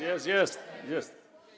Jest, jest, jest.